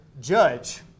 judge